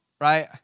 right